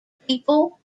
people